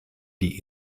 die